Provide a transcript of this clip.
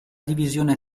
divisione